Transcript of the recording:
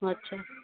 अच्छा